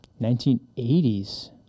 1980s